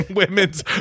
women's